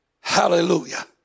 Hallelujah